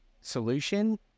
solution